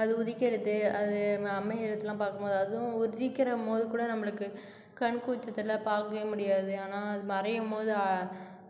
அது உதிக்கிறது அது ம அமையறதெலாம் பார்க்கும் போது அதுவும் உதிக்கிற போது கூட நம்மளுக்கு கண் கூச்சத்தில் பார்க்கவே முடியாது ஆனால் அது மறையும் போது ஆ